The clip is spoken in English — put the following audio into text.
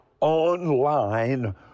online